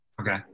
Okay